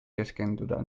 keskenduda